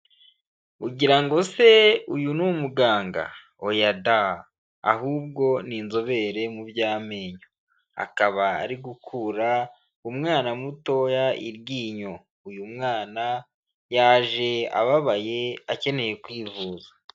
Ugira ngo se uyu ni umuganga? oya da! ahubwo ni inzobere mu by'amenyo, akaba ari gukura umwana mutoya iryinyo, uyu mwana yaje ababaye, akeneye kwivuza.